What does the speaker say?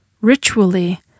Ritually